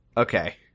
Okay